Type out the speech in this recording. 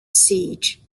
siege